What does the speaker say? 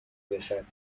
رسد